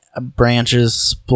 branches